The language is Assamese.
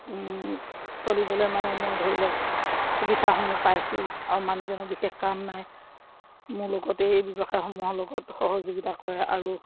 চলিবলৈ মানে মই ধৰি লওক সুবিধাসমূহ পাইছোঁ আৰু মানুহজনৰ বিশেষ কাম নাই মোৰ লগতেই এই ব্যৱসায়সমূহৰ লগত সহযোগিতা কৰে আৰু